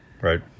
Right